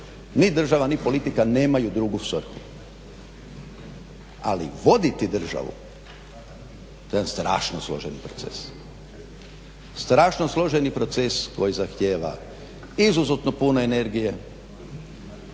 Ni država ni politika nemaju drugu svrhu. Ali, voditi državu, to je jedan strašno složeni proces. Strašno složeni proces koji zahtijeva izuzetno puno energije,